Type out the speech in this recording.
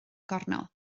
gornel